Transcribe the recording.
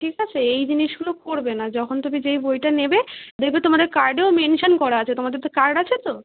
ঠিক আছে এই জিনিসগুলো করবে না যখন তুমি যেই বইটা নেবে দেখবে তোমার ওই কার্ডেও মেনসান করা আছে তোমাদের তো কার্ড আছে তো